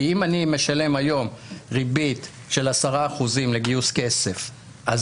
כי אם אני משלם היום ריבית של 10% לגיוס כסף אז